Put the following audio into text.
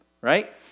Right